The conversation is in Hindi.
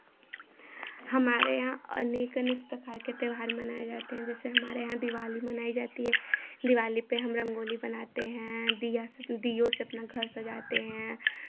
हमारे यहाँ अनेक अनेक प्रकार के त्योहार मनाए जाते हैं जैसे हमारे यहाँ दिवाली मनाई जाती है दिवाली पे हम रंगोली बनाते हैं दिया से दियों से अपना घर सजाते हैं